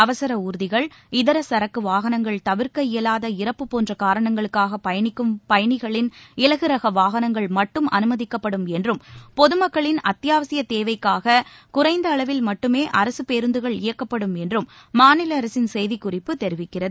அவசர ஊர்திகள் இதர சரக்கு வாகனங்கள் தவிர்க்க இயலாத இறப்பு போன்ற காரணங்களுக்காக பயணிக்கும் பயணிகளின் இலகுரக வாகனங்கள் மட்டும் அனுமதிக்கப்படும் என்றும் பொதுமக்களின் அத்தியாவசியத் தேவைக்காக குறைந்த அளவில் மட்டுமே அரசு பேருந்துகள் இயக்கப்படும் என்றும் மாநில அரசின் செய்திக்குறிப்பு தெரிவிக்கிறது